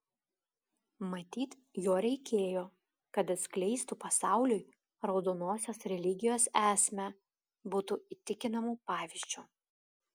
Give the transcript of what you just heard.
matyt jo reikėjo kad atskleistų pasauliui raudonosios religijos esmę būtų įtikinamu pavyzdžiu